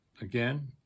Again